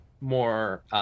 more